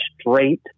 straight